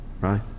Right